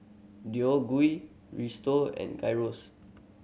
Gui Risotto and Gyros